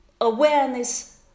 awareness